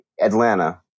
Atlanta